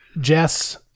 Jess